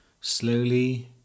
slowly